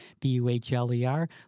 B-U-H-L-E-R